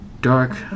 dark